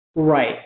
Right